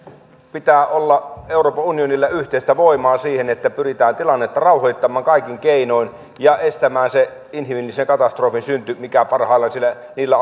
pitää olla yhteistä voimaa siihen että pyritään tilannetta rauhoittamaan kaikin keinoin ja estämään se inhimillisen katastrofin synty mikä parhaillaan siellä niillä